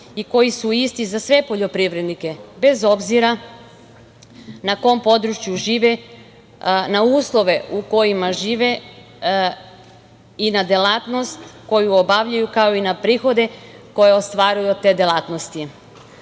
da plaćaju za sve poljoprivrednike , bez obzira na kom području žive, na uslove u kojima žive i na delatnost koju obavljaju, kao i na prihode koje ostvaruju od te delatnosti. Mnogi